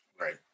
right